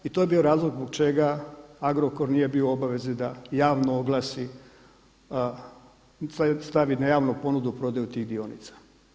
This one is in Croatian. I to je bio razlog zbog čega Agrokor nije bio u obavezi da javno oglasi, stavi na javnu ponudu prodaju tih dionica.